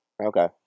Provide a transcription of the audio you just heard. Okay